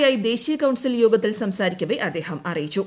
I ദേശീയ council യോഗത്തിൽ സ്സ്മാരിക്കവെ അദ്ദേഹം അറിയിച്ചു